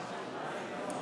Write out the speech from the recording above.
התשע"ה 2015, קריאה